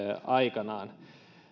aikanaan